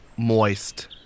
moist